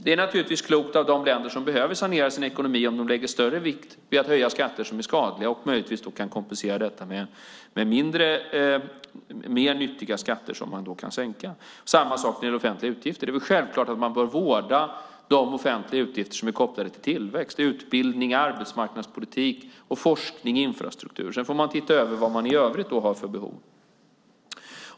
Det är naturligtvis klokt av de länder som behöver sanera sin ekonomi och lägger större vikt vid att höja skatter som är skadliga om de möjligtvis kan kompensera detta med mer nyttiga skatter som de kan sänka. Samma sak gäller offentliga utgifter. Det är väl självklart att man bör vårda de offentliga utgifter som är kopplade till tillväxt. Det är utbildning, arbetsmarknadspolitik, forskning och infrastruktur. Sedan får man titta över vad man i övrigt har för behov.